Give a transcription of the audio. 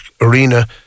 arena